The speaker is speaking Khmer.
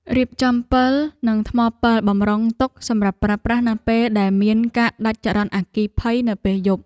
រៀបចំពិលនិងថ្មពិលបម្រុងទុកសម្រាប់ប្រើប្រាស់នៅពេលដែលមានការដាច់ចរន្តអគ្គិភ័យនៅពេលយប់។